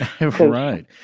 Right